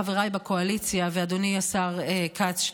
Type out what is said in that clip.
חבריי בקואליציה ואדוני השר כץ,